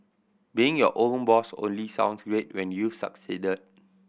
being your own boss only sounds great when you've succeeded